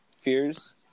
fears